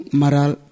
maral